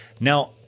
Now